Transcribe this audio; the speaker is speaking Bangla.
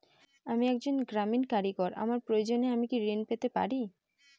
আমি একজন গ্রামীণ কারিগর আমার প্রয়োজনৃ আমি কি ঋণ পেতে পারি?